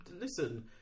Listen